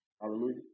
Hallelujah